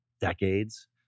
decades